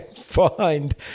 find